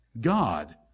God